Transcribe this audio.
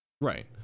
Right